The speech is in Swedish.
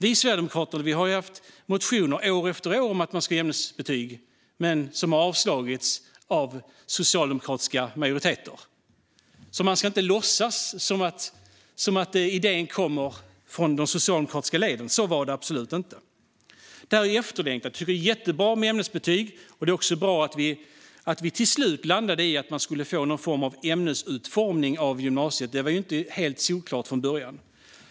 Vi sverigedemokrater har väckt motioner år efter år om att införa ämnesbetyg, men de har avslagits av socialdemokratiska majoriteter. Man ska inte låtsas som om idén kommer från de socialdemokratiska leden. Så var det absolut inte. Det här är efterlängtat, för det är jättebra med ämnesbetyg och bra att det till slut landade i att man ska få någon form av ämnesutformning av gymnasiet. Det var inte helt solklart från början.